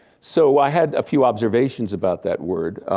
so i had a few observations about that word,